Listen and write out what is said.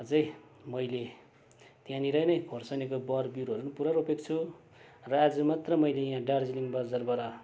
अझै मैले त्यहाँनिर नै खोर्सानीको बरबिरुवाहरू पनि पुरा रोपेको छु र आज मात्र मैले यहाँ दार्जिलिङ बजारबाट